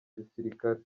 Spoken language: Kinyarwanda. gisirikare